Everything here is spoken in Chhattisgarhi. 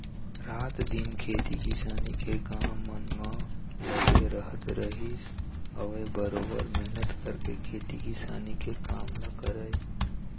रात दिन खेती किसानी के काम मन म लगे रहत रहिस हवय बरोबर मेहनत करके खेती किसानी के काम ल करय